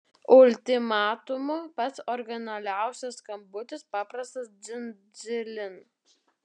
ultimatumu pats originaliausias skambutis paprastas dzin dzilin